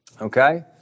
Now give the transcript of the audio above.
Okay